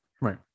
Right